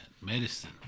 medicine